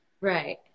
Right